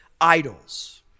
idols